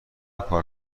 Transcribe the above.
کار